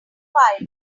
file